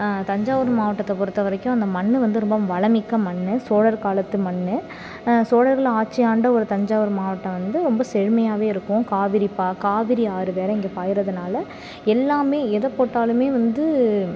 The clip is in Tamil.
தஞ்சாவூர் மாவட்டத்தை பொருத்த வரைக்கும் அந்த மண்ணு வந்து ரொம்ப வளமிக்க மண்ணு சோழர் காலத்து மண்ணு சோழர்கள் ஆட்சி ஆண்ட ஒரு தஞ்சாவூர் மாவட்டம் வந்து ரொம்ப செழுமையாவே இருக்கும் காவேரி ப காவிரி ஆறு வேறே இங்கே பாயிறதுனால எல்லாம் எதை போட்டாலும் வந்து